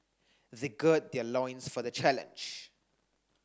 they gird their loins for the challenge